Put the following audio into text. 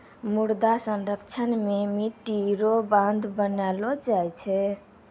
मृदा संरक्षण मे मट्टी रो बांध बनैलो जाय छै